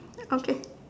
okay